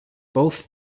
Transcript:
both